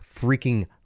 freaking